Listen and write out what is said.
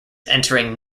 entering